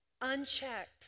unchecked